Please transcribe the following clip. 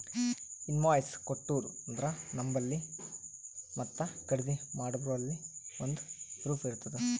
invoice ಕೊಟ್ಟೂರು ಅಂದ್ರ ನಂಬಲ್ಲಿ ಮತ್ತ ಖರ್ದಿ ಮಾಡೋರ್ಬಲ್ಲಿ ಒಂದ್ ಪ್ರೂಫ್ ಇರ್ತುದ್